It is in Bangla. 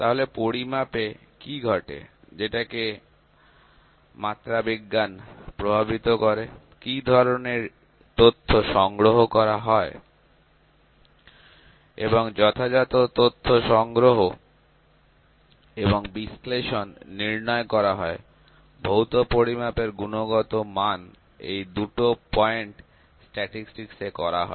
তাহলে পরিমাপে কি ঘটে যেটাকে মাত্রাবিজ্ঞান প্রভাবিত করে কি ধরনের ডাটা সংগ্রহ করা হয় এবং যথাযথ তথ্য সংগ্রহ এবং বিশ্লেষণ নির্ণয় করা হয় ভৌত পরিমাপের গুণগত মান এই দুটো পয়েন্ট স্ট্যাটিসটিকস এ করা হয়